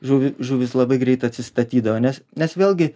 žuvi žuvys labai greit atsistatydavo nes nes vėlgi